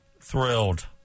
Thrilled